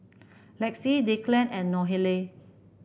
Lexie Declan and Nohely